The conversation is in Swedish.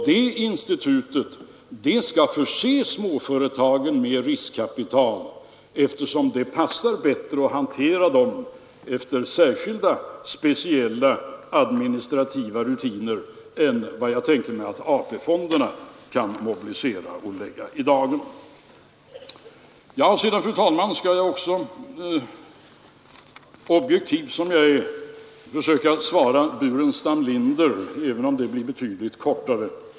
Detta institut skall förse småföretagen med riskkapital, eftersom det passar bättre att hantera dessa lån efter speciella administrativa rutiner än vad jag tänker mig att AP-fonderna kan mobilisera och lägga i dagen. Sedan, fru talman, skall jag också — objektiv som jag är — försöka svara herr Burenstam Linder, även om det blir betydligt kortare.